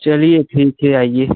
चलिए ठीक है आइए